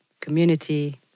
community